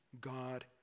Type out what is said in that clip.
God